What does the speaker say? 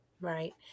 right